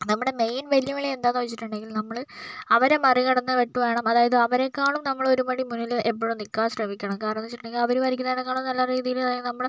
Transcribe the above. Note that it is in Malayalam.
നമ്മുടെ മെയിൻ വെല്ലുവിളി എന്താന്ന് ചോദിച്ചിട്ടുണ്ടെങ്കിൽ നമ്മള് അവരെ മറികടന്നിട്ട് വേണം അതായത് അവരേക്കാളും നമ്മള് ഒരുപടി മുന്നില് എപ്പഴും നിൽക്കാൻ ശ്രമിക്കണം കാരണമെന്താണെന്ന് വെച്ചിട്ടുണ്ടെങ്കില് അവര് വരയ്ക്കുന്നതിനേക്കാളും നല്ല രീതിയില് നമ്മള്